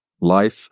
life